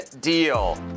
deal